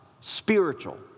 Spiritual